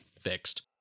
fixed